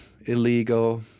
illegal